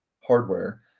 hardware